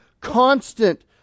constant